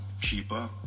cheaper